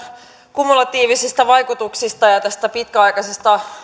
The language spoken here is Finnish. kumulatiivisista vaikutuksista ja pitkäaikaisesta